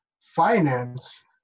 finance